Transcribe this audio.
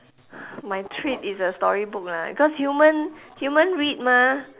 my treat is a storybook lah cause human human read mah